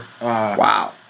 Wow